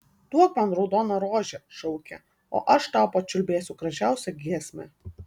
duok man raudoną rožę šaukė o aš tau pačiulbėsiu gražiausią giesmę